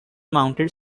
mounted